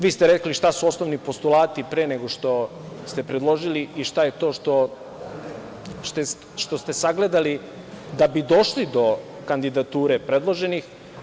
Vi ste rekli šta su ostali postulati pre nego što ste predložili i šta je to što ste sagledali da bi došli do kandidature predloženih.